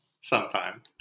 sometime